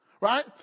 Right